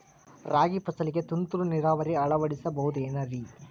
ರಾಗಿ ಫಸಲಿಗೆ ತುಂತುರು ನೇರಾವರಿ ಅಳವಡಿಸಬಹುದೇನ್ರಿ?